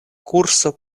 kurso